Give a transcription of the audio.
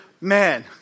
man